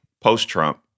post-Trump